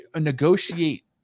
negotiate